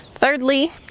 Thirdly